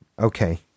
Okay